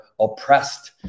oppressed